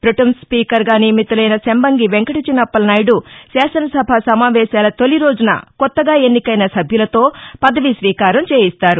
pro tem స్పీకర్గా నియమితులైన శంబంగి వెంకటచిన అప్పలనాయుడు శాసనసభ సమావేశాల తొలిరోజున కొత్తగా ఎన్నికైన సభ్యులతో పదవీ స్వీకారం చేయిస్తారు